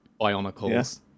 Bionicles